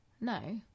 No